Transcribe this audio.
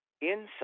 inside